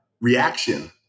reaction